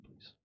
please